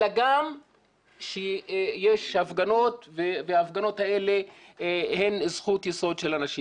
אלא גם כשיש הפגנות וההפגנות האלה הן זכות יסוד של אנשים.